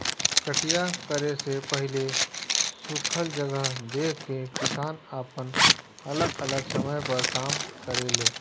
कटिया करे से पहिले सुखल जगह देख के किसान आपन अलग अलग समय पर काम करेले